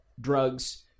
drugs